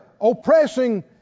oppressing